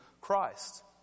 Christ